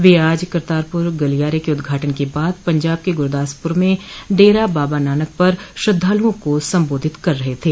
वे आज करतारपुर गलियारे के उदघाटन के बाद पंजाब के गुरदासपुर में डेरा बाबा नानक पर श्रद्धालुओं को सम्बोधित कर रहे थे